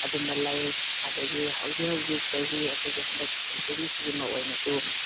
ꯑꯗꯨꯝꯕ ꯂꯩ ꯑꯗꯨꯗꯒꯤ ꯍꯧꯖꯤꯛ ꯍꯧꯖꯤꯛ ꯆꯍꯤ ꯑꯩꯈꯣꯏꯒꯤ ꯍꯟꯗꯛ ꯁꯦꯟꯆꯨꯔꯤꯁꯤꯒꯤ ꯃꯧ ꯑꯣꯏꯅꯁꯨ